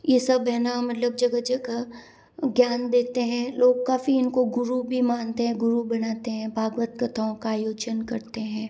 ये सब है ना मतलब जगह जगह ज्ञान देते हैं लोग काफ़ी इनको गुरु भी मानते हैं गुरु बनाते हैं भागवत कथाओं का आयोजन करते हैं